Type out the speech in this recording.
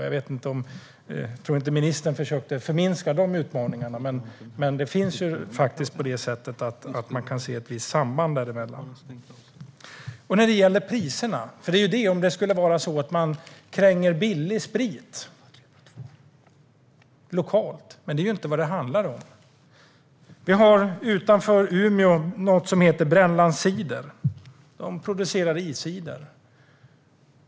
Jag tror inte att ministern försökte förminska de utmaningarna, men man kan se ett visst samband däremellan. Sedan gäller det priserna, om det skulle vara så att man kränger billig sprit lokalt. Men det är inte vad det handlar om. Vi har utanför Umeå något som heter Brännland Cider. De producerar iscider.